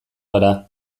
gara